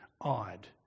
odd